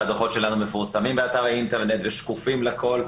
הדוחות שלנו מפורסמים באתר האינטרנט ושקופים לכל.